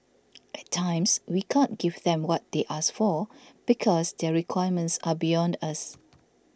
at times we can't give them what they ask for because their requirements are beyond us